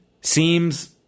seems